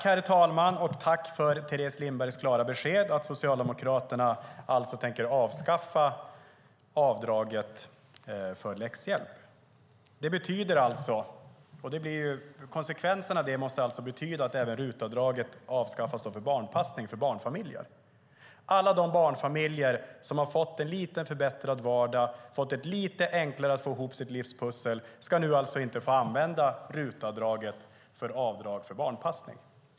Herr talman! Tack, Teres Lindberg, för klart besked! Socialdemokraterna tänker avskaffa avdraget för läxhjälp. Konsekvensen av det måste bli att RUT-avdraget avskaffas även för barnpassning, för barnfamiljer. Alla de barnfamiljer som har fått en lite bättre vardag, som fått det lite lättare att få ihop sitt livspussel ska alltså inte få använda RUT-avdraget vid barnpassning.